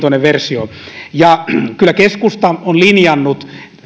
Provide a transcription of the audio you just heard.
versio kyllä keskusta on linjannut